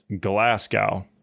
Glasgow